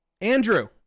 Andrew